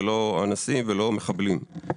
אנסים או מחבלים.